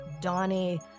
Donnie